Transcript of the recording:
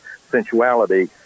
sensuality